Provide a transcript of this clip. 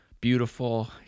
beautiful